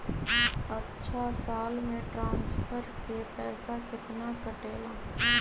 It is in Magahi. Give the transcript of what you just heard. अछा साल मे ट्रांसफर के पैसा केतना कटेला?